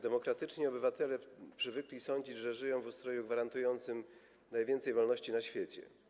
Demokratyczni obywatele przywykli sądzić, że żyją w ustroju gwarantującym najwięcej wolności na świecie.